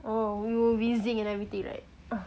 oh wh~ wheezing and everything right